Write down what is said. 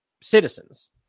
citizens